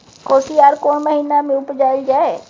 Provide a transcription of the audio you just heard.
कोसयार कोन महिना मे उपजायल जाय?